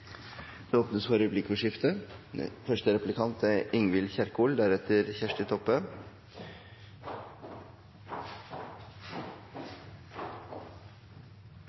Det åpnes for replikkordskifte. Eg er